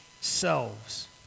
selves